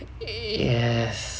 err yes